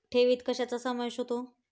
ठेवीत कशाचा समावेश होतो?